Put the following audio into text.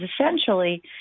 essentially